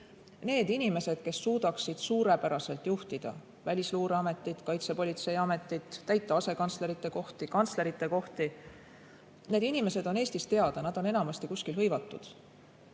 Need inimesed, kes suudaksid suurepäraselt juhtida Välisluureametit, Kaitsepolitseiametit, täita asekantslerite kohti, kantslerite kohti, on Eestis teada, nad on enamasti kuskil hõivatud.